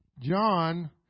John